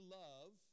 love